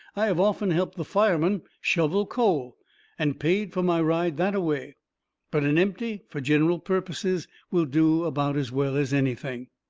i have often helped the fireman shovel coal and paid fur my ride that-a-way. but an empty, fur gineral purposes, will do about as well as anything.